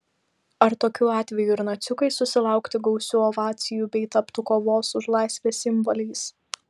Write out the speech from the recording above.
ar tokiu atveju ir naciukai susilaukti gausių ovacijų bei taptų kovos už laisvę simboliais